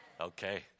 Okay